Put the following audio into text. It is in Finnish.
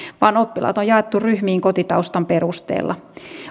vaan oppilaat on jaettu ryhmiin kotitaustan perusteella